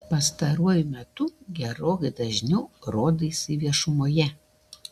pastaruoju metu gerokai dažniau rodaisi viešumoje